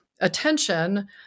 attention